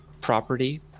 property